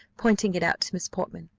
pointing it out to miss portman.